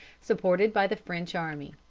supported by the french army.